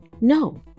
no